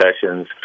sessions